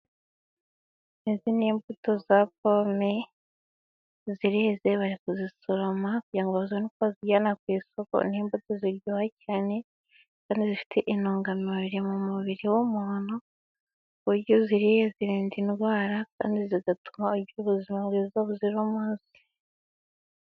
Izi ni imbuto za pome, zireze, bari kuzisoroma, kugira ngo babone uko bazijyana ku isoko, n'imbuto ziryoha cyane, kandi zifite intungamubiri mu mubiri w'umuntu, uyo aziriye zirinda indwara kandi zigatuma agira ubuzima bwiza, buzira umuze.